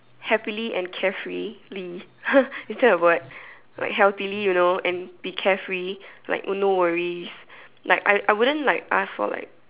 happily and carefreely is that a word like healthily you know and be carefree like no worries like I I wouldn't like ask for like